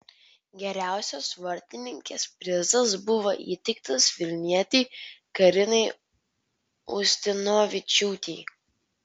geriausios vartininkės prizas buvo įteiktas vilnietei karinai ustinovičiūtei